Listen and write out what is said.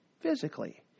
physically